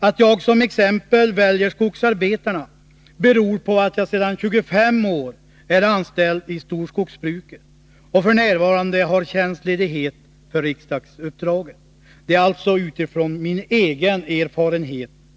Att jag såsom exempel väljer skogsarbetarna beror på att jag sedan 25 år är anställd i storskogsbruket och f. n. har tjänstledighet för riksdagsuppdraget. Jag talar alltså utifrån min egen erfarenhet.